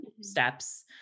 steps